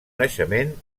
naixement